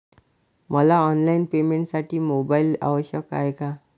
मला ऑनलाईन पेमेंटसाठी मोबाईल आवश्यक आहे का?